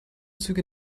züge